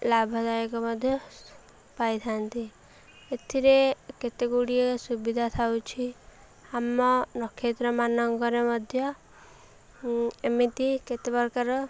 ଲାଭଦାୟକ ମଧ୍ୟ ପାଇଥାନ୍ତି ଏଥିରେ କେତେଗୁଡ଼ିଏ ସୁବିଧା ଥାଉଛି ଆମ ନକ୍ଷତ୍ରମାନଙ୍କରେ ମଧ୍ୟ ଏମିତି କେତେ ପ୍ରକାର